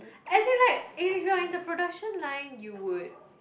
as in like if you're in the production line you would